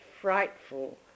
frightful